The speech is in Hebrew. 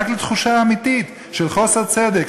רק לתחושה אמיתית של חוסר צדק,